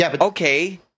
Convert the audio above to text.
okay